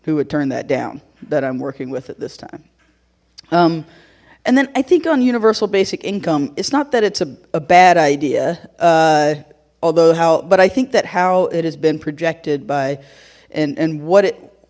who would turn that down that i'm working with it this time um and then i think on universal basic income it's not that it's a bad idea although how but i think that how it has been projected by and and what